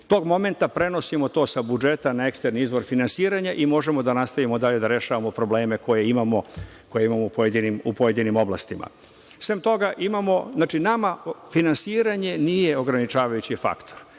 tog momenta prenosimo to sa budžeta na eksterni izvor finansiranja i možemo da nastavimo dalje da rešavamo probleme koje imamo u pojedinim oblastima. Sem toga, nama finansiranje nije ograničavajući faktor.